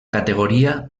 categoria